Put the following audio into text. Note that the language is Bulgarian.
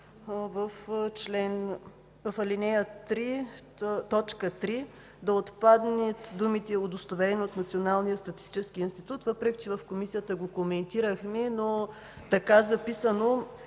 в ал. 3, т. 3 да отпаднат думите „удостоверени от Националния статистически институт”. Въпреки че в Комисията го коментирахме, така записано